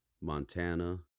Montana